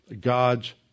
God's